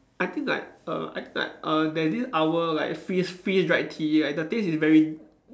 I think like err I think like err there's this owl like freeze freeze dried tea like the taste is very